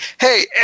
hey